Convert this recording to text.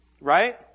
right